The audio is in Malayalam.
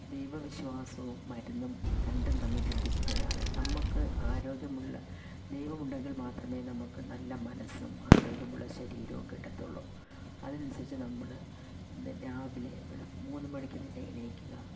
ദൈവ വിശ്വാസവും മരുന്നും രണ്ടും തമ്മിൽ ബന്ധിപ്പിക്കുകയാണ് നമ്മള്ക്ക് ആരോഗ്യമുള്ള ദൈവമുണ്ടെങ്കിൽ മാത്രമേ നമുക്ക് നല്ല മനസും ആരോഗ്യമുള്ള ശരീരവും കിട്ടത്തുള്ളൂ അതിന് അനുസരിച്ച് നമ്മള് രാവിലെ വെളു മൂന്ന് മണിക്ക് തന്നെ എണീക്കുക